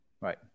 Right